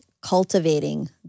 cultivating